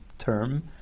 term